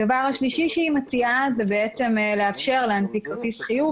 דבר שלישי שהיא מציעה זה לאפשר להנפיק כרטיס חיוב